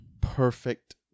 Perfect